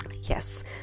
yes